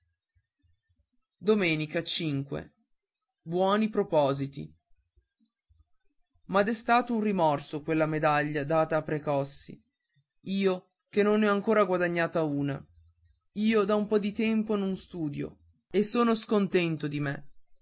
che singhiozzava buoni propositi ma ha destato un rimorso quella medaglia data a precossi io che non ne ho ancora guadagnata una io da un po di tempo non studio e sono scontento di me